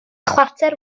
chwarter